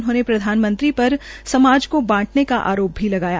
उन्होंने प्रधानमंत्री पर समाज को बांटने का आरोप भी लगाया